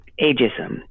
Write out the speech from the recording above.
ageism